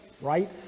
right